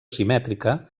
simètrica